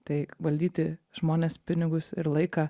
tai valdyti žmones pinigus ir laiką